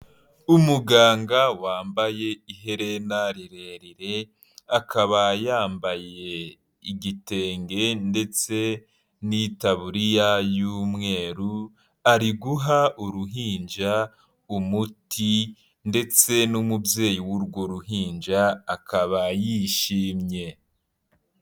Umuganga wambaye iherena rirerire, akaba yambaye igitenge, ndetse n'itaburiya y'umweru, ari guha uruhinja umuti, ndetse n'umubyeyi w'urwo ruhinja akaba yishimye.